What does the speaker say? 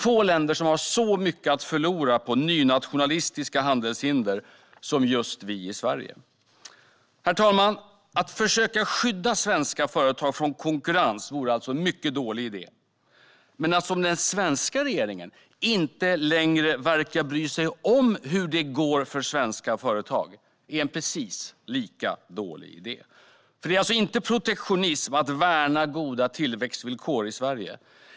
Få länder har så mycket att förlora på nynationalistiska handelshinder som just Sverige. Herr talman! Att försöka skydda svenska företag från konkurrens vore alltså en mycket dålig idé. Men att inte bry sig om hur det går för svenska företag, vilket den svenska regeringen inte verkar göra längre, är en precis lika dålig idé. Det är inte protektionism att värna goda tillväxtvillkor i Sverige.